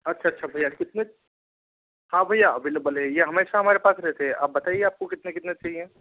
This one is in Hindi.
अच्छा अच्छा भैया कितने हाँ भैया अवेलेबल है ये हमेशा हमारे पास रहते हैं आप बताइए आपको कितने कितने चाहिए